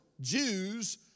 Jews